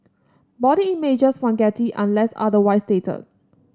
body images from Getty unless otherwise stated